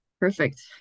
Perfect